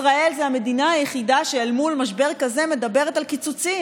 ישראל זו המדינה היחידה שאל מול משבר כזה מדברת על קיצוצים.